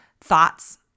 thoughts